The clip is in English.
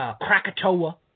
Krakatoa